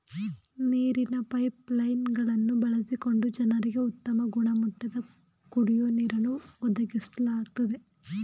ನೀರಿನ pipeline ಗಳನ್ನು ಬಳಸಿಕೊಂಡು ಜನರಿಗೆ ಉತ್ತಮ ಗುಣಮಟ್ಟದ ಕುಡಿಯೋ ನೀರನ್ನು ಒದಗಿಸ್ಲಾಗ್ತದೆ